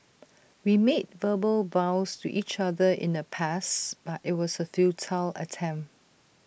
we made verbal vows to each other in the past but IT was A futile attempt